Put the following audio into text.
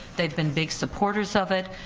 they've been big supporters of it.